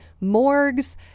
morgues